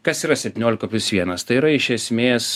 kas yra septyniolika plius vienas tai yra iš esmės